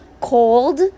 Cold